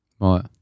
Right